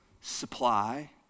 supply